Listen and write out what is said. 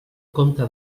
compte